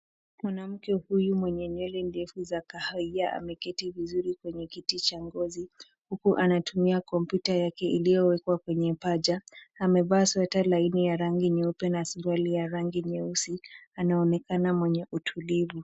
Kuna mtu huyu mwenye nywele ndefu za kahawia, ameketi vizuri kwenye kiti cha ngozi huku anatumia kompyuta yake iliyowekwa kwenye paja. Amevaa sweta laini ya rangi nyeupe na suruali ya rangi nyeusi. Anaonekana mwenye utulivu.